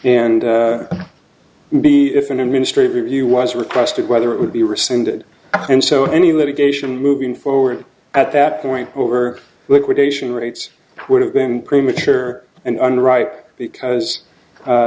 and b if an administrative review was requested whether it would be rescinded and so any litigation moving forward at that point over liquidation rates would have been premature and underwrite because